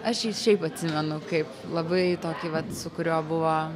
aš jį šiaip atsimenu kaip labai tokį vat su kurio buvo